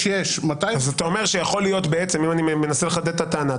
אם אני מנסה לחדד את הטענה,